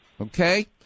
okay